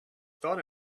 thought